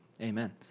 Amen